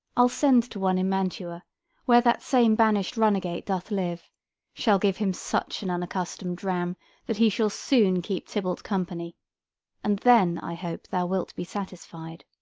i'll send to one in mantua where that same banish'd runagate doth live shall give him such an unaccustom'd dram that he shall soon keep tybalt company and then i hope thou wilt be satisfied.